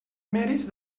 mèrits